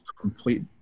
complete